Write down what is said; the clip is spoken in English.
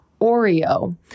Oreo